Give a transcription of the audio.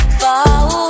fall